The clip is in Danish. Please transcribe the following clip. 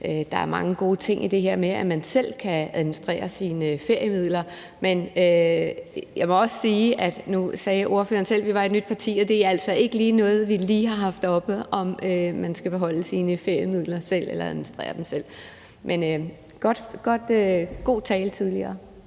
der er mange gode ting i det her med, at man selv kan administrere sine feriemidler. Men jeg må også sige, at vi jo, som ordføreren selv sagde, er et nyt parti, og at det altså ikke lige er noget, vi har haft oppe, altså om man skal beholde sine feriemidler selv eller administrere dem selv. Men det var en god tale tidligere.